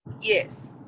Yes